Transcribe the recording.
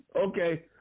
Okay